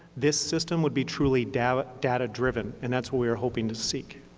this system would be truly data data driven, and that's what we are hoping to seek.